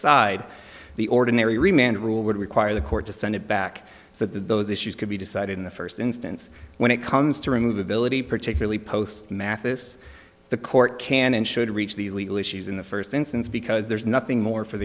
cide the ordinary man rule would require the court to send it back so those issues could be decided in the first instance when it comes to remove ability particularly post mathes the court can and should reach these legal issues in the first instance because there's nothing more for